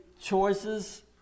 choices